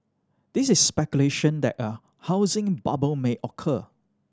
there is speculation that a housing bubble may occur